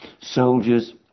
soldiers